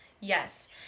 yes